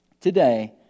today